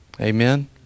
Amen